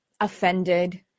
offended